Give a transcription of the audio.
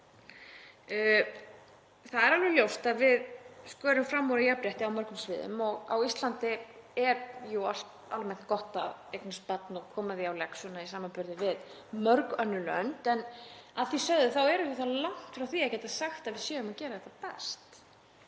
Það er alveg ljóst að við skörum fram úr í jafnrétti á mörgum sviðum og á Íslandi er jú almennt gott að eignast barn og koma því á legg í samanburði við mörg önnur lönd. En að því sögðu erum við þó langt frá því að geta sagt að við séum að gera þetta best.